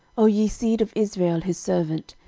o ye seed of israel his servant,